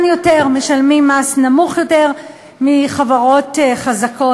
יותר משלמות מס נמוך יותר מחברות חזקות,